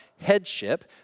headship